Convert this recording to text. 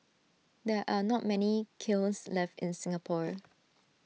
there are not many kilns left in Singapore